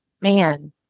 man